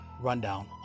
rundown